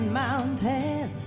mountain